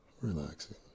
relaxing